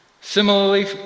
Similarly